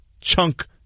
chunk